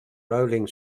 rolling